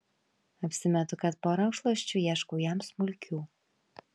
apsimetu kad po rankšluosčiu ieškau jam smulkių